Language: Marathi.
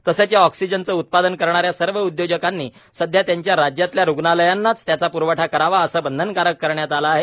तसंच या ऑक्सीजनचं उत्पादन करणाऱ्या सर्व उद्योजकांनी सध्या त्यांच्या राज्यातल्या रुग्णालयांनाच त्याचा प्रवठा करावा असं बंधनकारक करण्यात आलं आहे